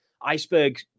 iceberg